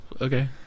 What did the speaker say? Okay